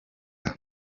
neza